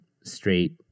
straight